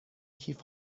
کیف